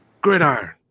Gridiron